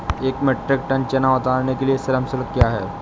एक metric tonne चना उतारने के लिए श्रम शुल्क क्या है?